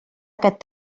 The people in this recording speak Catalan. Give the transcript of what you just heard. aquest